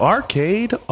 Arcade